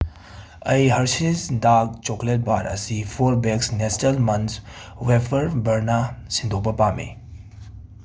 ꯑꯩ Hershey's dark chocolate bar ꯑꯁꯤ four bucks Nestle Munch wafer ꯕꯔꯅ ꯁꯤꯟꯗꯣꯛꯄ ꯄꯥꯝꯃꯤ